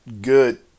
good